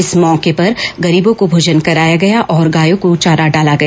इस मौके पर गरीबों को भोजन कराया गया और गायों को चारा डाला गया